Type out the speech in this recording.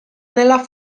nella